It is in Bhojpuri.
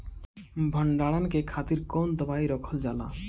भंडारन के खातीर कौन दवाई रखल जाला?